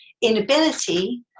inability